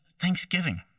thanksgiving